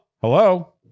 Hello